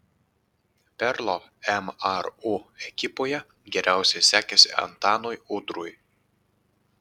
perlo mru ekipoje geriausiai sekėsi antanui udrui